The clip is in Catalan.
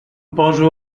poso